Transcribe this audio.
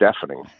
deafening